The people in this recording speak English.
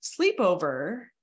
sleepover